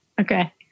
Okay